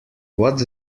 what